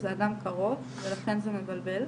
זה אדם קרוב ולכן זה מבלבל,